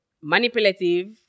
Manipulative